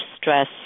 stress